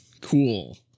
Cool